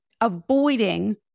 avoiding